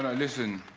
ah listen,